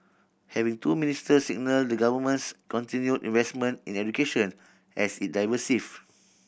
having two ministers signal the Government's continued investment in education as it diversifies